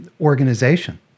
organization